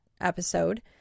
episode